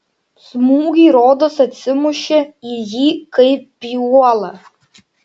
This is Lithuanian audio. smūgiai rodos atsimušė į jį kaip į uolą